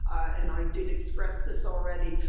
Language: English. and i did express this already,